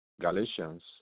Galatians